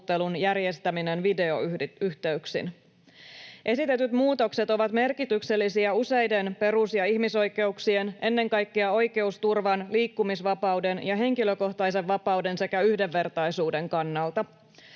järjestäminen videoyhteyksin. Esitetyt muutokset ovat merkityksellisiä useiden perus- ja ihmisoikeuksien, ennen kaikkea oikeusturvan, liikkumisvapauden ja henkilökohtaisen vapauden sekä yhdenvertaisuuden, kannalta.